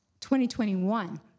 2021